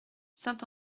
saint